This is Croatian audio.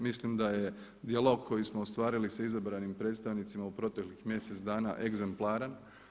Mislim da je dijalog koji smo ostvarili sa izabranim predstavnicima u proteklih mjesec dana egzemplaran.